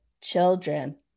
children